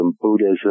Buddhism